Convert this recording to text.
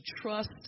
trust